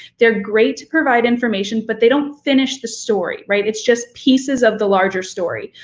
they're great to provide information, but they don't finish the story, right? it's just pieces of the larger story.